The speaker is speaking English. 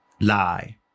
lie